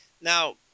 Now